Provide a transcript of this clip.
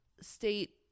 state